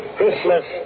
Christmas